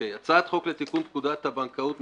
הצעת חוק לתיקון פקודת הבנקאות (מס'